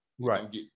Right